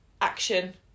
action